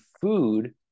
food